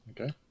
Okay